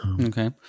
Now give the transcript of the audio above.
Okay